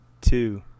two